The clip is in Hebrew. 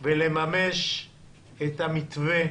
ולממש את המתווה,